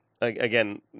again